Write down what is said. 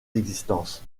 existence